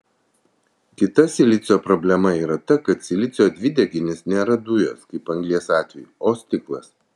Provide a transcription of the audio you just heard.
kita silicio problema yra ta kad silicio dvideginis nėra dujos kaip anglies atveju o stiklas